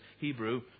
Hebrew